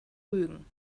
rügen